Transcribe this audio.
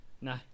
no